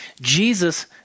Jesus